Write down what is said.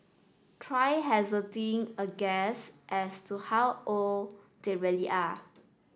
try hazarding a guess as to how old they really are